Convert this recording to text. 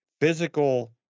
physical